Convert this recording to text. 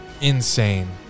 insane